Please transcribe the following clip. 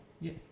Yes